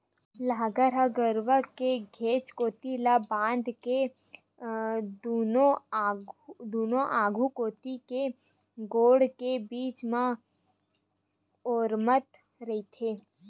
लांहगर ह गरूवा के घेंच कोती ले बांध के दूनों आघू कोती के गोड़ के बीच म ओरमत रहिथे